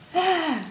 yeah